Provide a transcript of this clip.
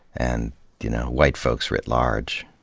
and you know white folks writ large.